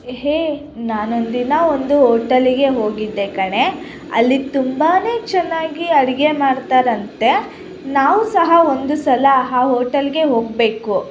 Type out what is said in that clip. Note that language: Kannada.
ಹೇ ನಾನು ಒಂದಿನ ಒಂದು ಓಟಲಿಗೆ ಹೋಗಿದ್ದೆ ಕಣೇ ಅಲ್ಲಿ ತುಂಬಾ ಚೆನ್ನಾಗಿ ಅಡುಗೆ ಮಾಡ್ತಾರಂತೆ ನಾವು ಸಹ ಒಂದು ಸಲ ಆ ಹೋಟಲಿಗೆ ಹೋಗಬೇಕು